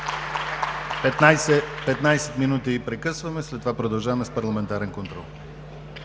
15 минути. След това продължаваме с парламентарен контрол.